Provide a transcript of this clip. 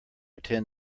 attend